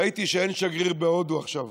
ראיתי שאין שגריר בהודו עכשיו,